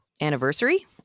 Anniversary